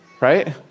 right